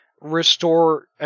restore